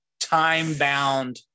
time-bound